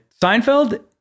Seinfeld